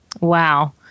Wow